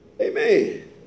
Amen